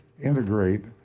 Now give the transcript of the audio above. integrate